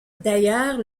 d’ailleurs